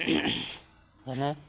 যেনে